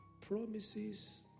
promises